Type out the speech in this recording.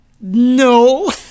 no